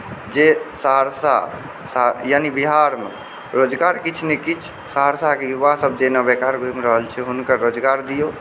जे सहरसासँ यानि बिहारमे रोजगार किछु नहि किछु सहरसाके युवा सभ जे एना बेकार घुमि रहल छै जे हुनका रोजगार दिऔ